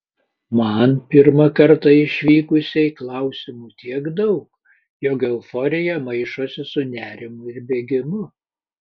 man pirmą kartą išvykusiai klausimų tiek daug jog euforija maišosi su nerimu ir bėgimu